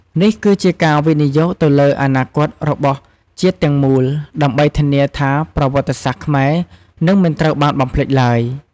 នេះគឺជាការវិនិយោគទៅលើអនាគតរបស់ជាតិទាំងមូលដើម្បីធានាថាប្រវត្តិសាស្ត្រខ្មែរនឹងមិនត្រូវបានបំភ្លេចឡើយ។